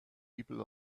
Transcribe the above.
people